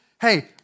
hey